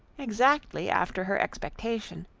exactly after her expectation,